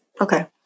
Okay